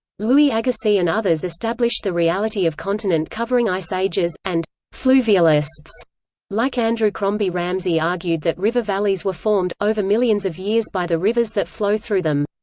louis agassiz and others established the reality of continent-covering ice ages, and fluvialists like andrew crombie ramsay argued that river valleys were formed, over millions of years by the rivers that flow through them.